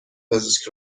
پزشک